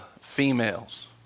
females